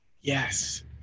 Yes